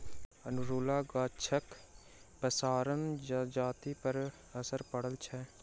अनेरूआ गाछक पसारसँ जजातिपर असरि पड़ैत छै